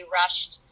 rushed